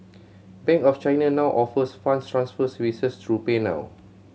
Bank of China now offers funds transfer services through PayNow